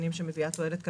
מביאה תועלת כלכלית.